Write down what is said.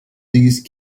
these